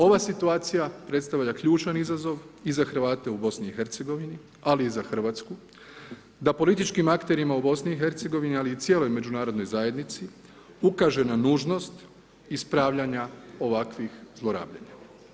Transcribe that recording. Ova situacija predstavlja ključan izazov i za Hrvate u BiH-u ali i za Hrvatsku da političkim akterima u BiH-u ali i cijelom međunarodnoj zajednici, ukaže na nužnost ispravljanja ovakvih zlorabljenja.